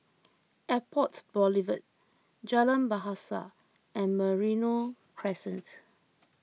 Airport Boulevard Jalan Bahasa and Merino Crescent